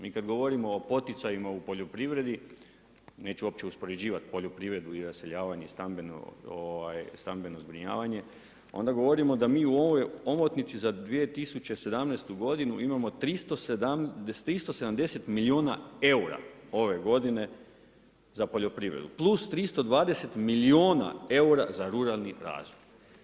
Mi kada govorimo o poticajima u poljoprivredi, neću uopće uspoređivati poljoprivredu i raseljavanje stambeno zbrinjavanje, onda govorimo da mi u ovoj omotnici za 2017. godinu imamo 370 milijuna eura za poljoprivredu, plus 320 milijuna eura za ruralni razvoj.